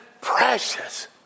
precious